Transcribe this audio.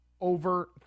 over